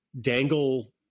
dangle